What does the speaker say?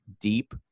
deep